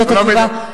זאת התשובה,